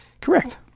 Correct